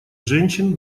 женщин